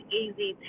easy